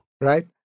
Right